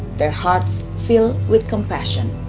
their hearts filled with compassion.